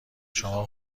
شما